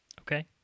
Okay